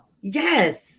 Yes